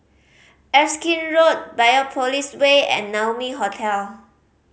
Erskine Road Biopolis Way and Naumi Hotel